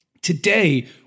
Today